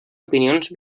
opinions